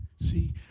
See